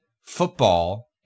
football